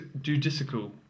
judicial